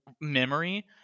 memory